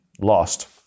lost